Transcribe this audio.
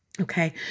Okay